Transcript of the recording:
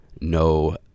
no